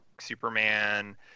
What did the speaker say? Superman